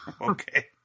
Okay